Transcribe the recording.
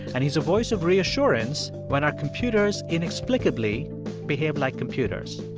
and he's a voice of reassurance when our computers inexplicably behave like computers.